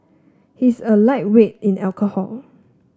he's a lightweight in alcohol